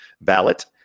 Ballot